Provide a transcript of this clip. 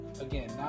again